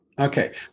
Okay